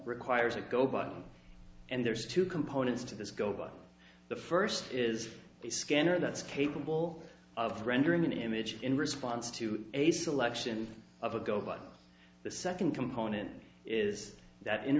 requires a go button and there's two components to this go by the first is the scanner that's capable of render him an image in response to a selection of a go by the second component is that in